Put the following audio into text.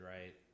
right